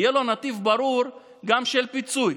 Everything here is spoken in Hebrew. יהיה לו נתיב ברור גם של פיצוי.